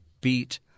beat